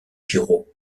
giraud